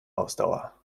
ausdauer